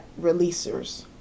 releasers